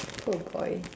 poor boy